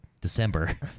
December